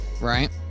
Right